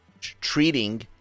treating